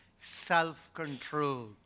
self-control